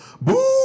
Boo